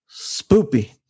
Spoopy